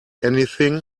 anything